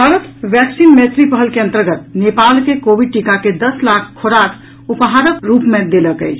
Bharat vaccine Maitri पहल के अन्तर्गत नेपाल के कोविड टीका के दस लाख खोराक उपहारक रूप मे देलक अछि